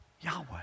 Yahweh